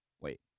Wait